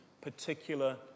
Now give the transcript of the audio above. particular